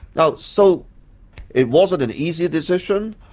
now so it wasn't an easy decision,